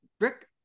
Rick